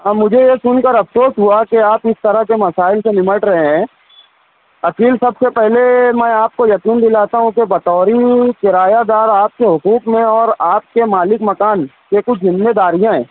اب مجھے یہ سن کر افسوس ہوا کہ آپ اس طرح کے مسائل سے نمٹ رہے ہیں عقیل سب سے پہلے میں آپ کو یقین دلاتا ہوں کہ بطور کرایہ دار آپ کے حقوق میں اور آپ کے مالک مکان کے کچھ ذمے داریاں ہیں